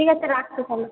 ঠিক আছে রাখছি তাহলে